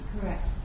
correct